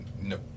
No